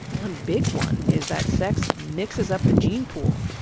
one big one is that sex mixes up the gene pool.